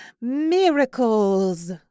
Miracles